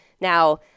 Now